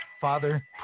Father